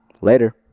later